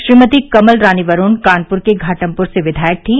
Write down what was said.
श्रीमती कमल रानी वरूण कानपुर के घाटमपुर से विधायक थीं